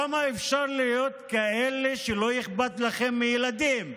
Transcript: כמה אפשר להיות כאלה שלא אכפת להם מילדים?